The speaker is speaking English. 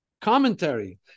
commentary